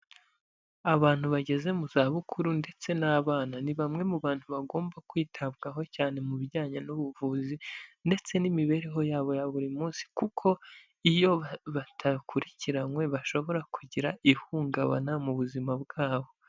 Abantu bageze mu zabukuru ndetse n'abana, ni bamwe mu bantu bagomba kwitabwaho cyane mu bijyanye n'ubuvuzi ndetse n'imibereho yabo ya buri munsi kuko iyo batakurikiranywe bashobora kugira ihungabana mu buzima bwabo.